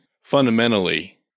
fundamentally